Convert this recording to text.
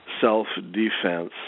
self-defense